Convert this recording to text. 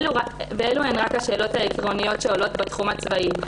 אלו הן רק השאלות העקרוניות שעולות בתחום הצבאי,